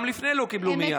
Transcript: גם לפני לא קיבלו מייד.